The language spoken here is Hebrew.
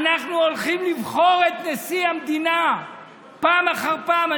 אנחנו הולכים לבחור את נשיא המדינה פעם אחר פעם.